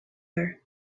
her